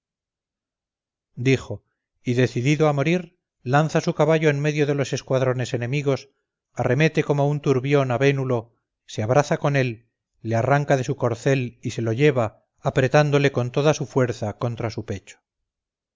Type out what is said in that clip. dijo y decidido a morir lanza su caballo en medio de los escuadrones enemigos arremete como un turbión a vénulo se abraza con él le arranca de su corcel y se lo lleva apretándole con toda su fuerza contra su pecho